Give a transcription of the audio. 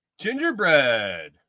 gingerbread